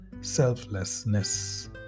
Selflessness